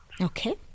Okay